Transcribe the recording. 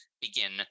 begin